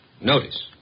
Notice